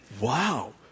wow